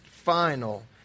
final